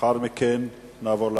ולאחר מכן נעבור להצבעה.